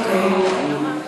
אוקיי.